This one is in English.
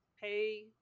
pay